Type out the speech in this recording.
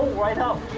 right. um